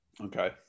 Okay